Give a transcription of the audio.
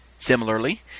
Similarly